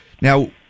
now